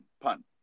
pun